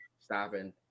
stopping